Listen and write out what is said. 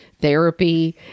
therapy